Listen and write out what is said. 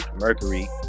Mercury